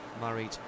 married